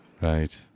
Right